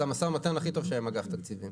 זה המשא ומתן הכי טוב שהיה עם אגף התקציבים,